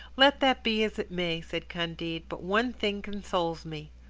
let that be as it may, said candide, but one thing consoles me.